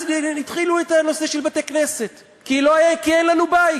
אז התחילו את הנושא של בתי-כנסת, כי אין לנו בית.